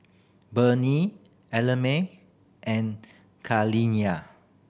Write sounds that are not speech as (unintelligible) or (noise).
(unintelligible) Ellamae and Kaliyah